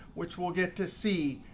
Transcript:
which we'll get to see.